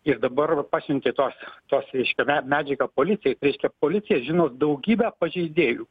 ir dabar pasiuntė tos tos reiškia me medžiagą policijai tai reiškia policija žino daugybę pažeidėjų